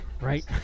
right